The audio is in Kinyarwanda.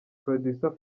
producer